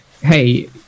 hey